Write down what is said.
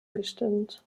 gestimmt